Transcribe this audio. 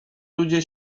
ludzie